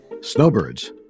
Snowbirds